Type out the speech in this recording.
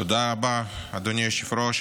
תודה רבה, אדוני היושב-ראש.